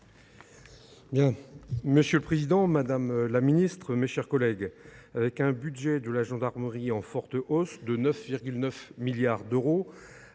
Monsieur le président, madame la ministre, mes chers collègues, avec un budget de la gendarmerie en forte hausse, passant de 9,9 milliards d’euros